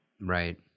Right